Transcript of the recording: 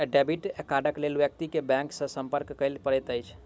debit कार्डक लेल व्यक्ति के बैंक सॅ संपर्क करय पड़ैत अछि